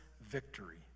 victory